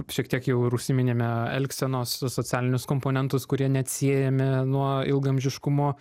šiek tiek jau ir užsimine elgsenos socialinius komponentus kurie neatsiejami nuo ilgaamžiškumo